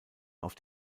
auf